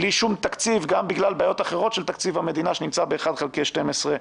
בלי שום תקציב גם בגלל בעיות אחרות של תקציב המדינה שנמצא באחד חלקי 12,